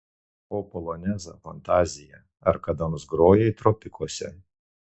o polonezą fantaziją ar kada nors grojai tropikuose